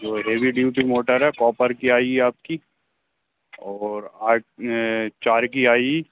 जो heavy duty motor है copper की आएगी आपकी और आठ चार की आएगी